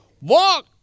walk